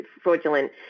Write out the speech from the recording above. fraudulent